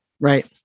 Right